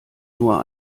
nur